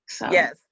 Yes